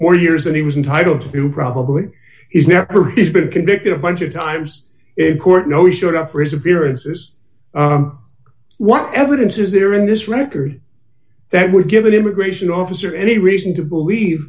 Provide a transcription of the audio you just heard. four years and he was entitled to probably he's never he's been convicted a bunch of times in court you know he showed up for his appearances what evidence is there in this record that would give an immigration officer any reason to believe